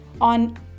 on